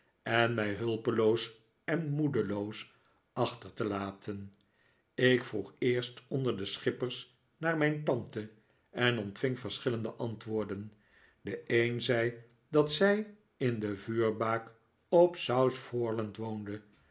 en mij hulpeloos en moedeloos achter te laten ik vroeg eerst onder de schippers naar mijn tante en ontving verschillende antwoorden de een zei dat zij in de vuurbaak op south foreland woonde